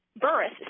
Burris